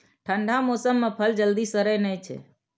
ठंढा मौसम मे फल जल्दी सड़ै नै छै